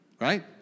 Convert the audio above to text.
right